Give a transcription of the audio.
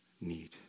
need